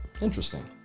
Interesting